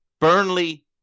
Burnley